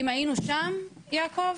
אם היינו שם, יעקב,